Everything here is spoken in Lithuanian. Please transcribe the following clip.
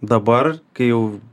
dabar kai jau